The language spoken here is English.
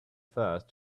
first